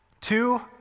Two